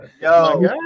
Yo